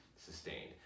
Sustained